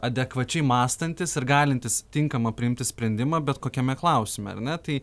adekvačiai mąstantis ir galintis tinkamą priimti sprendimą bet kokiame klausime ar ne tai